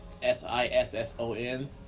S-I-S-S-O-N